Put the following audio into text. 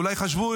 אולי חשבו,